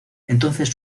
entonces